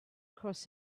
cross